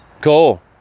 Cool